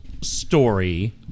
story